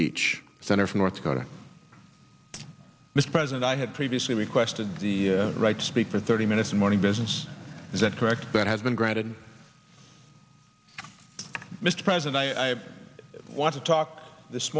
each senator from north dakota mr president i had previously requested the right to speak for thirty minutes morning business is that correct that has been granted mr president i want to talk this